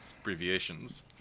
abbreviations